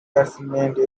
catchment